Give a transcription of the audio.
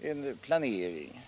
en planering.